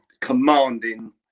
commanding